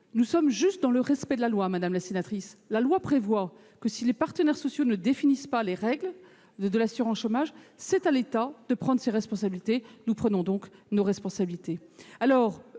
donc dans le strict respect de la loi, madame la sénatrice : la loi prévoit que si les partenaires sociaux ne parviennent pas à définir les règles de l'assurance chômage, c'est à l'État de prendre ses responsabilités. Nous prenons donc nos responsabilités